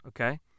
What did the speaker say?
okay